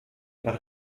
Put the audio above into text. nach